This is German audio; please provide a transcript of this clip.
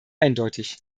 eindeutig